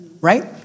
right